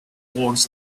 walls